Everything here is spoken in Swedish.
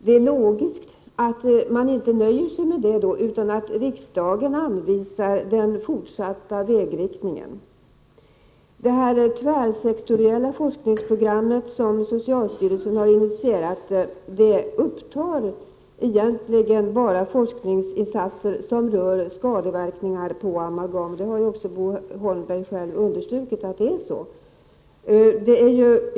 Det är logiskt att riksdagen inte nöjer sig med detta utan anvisar den fortsatta vägriktningen. Det tvärsektoriella forskningsprogram som socialstyrelsen har initierat upptar egentligen bara forskningsinsatser som rör skadeverkningar av amalgam. Detta har Bo Holmberg själv understrukit.